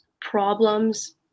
problems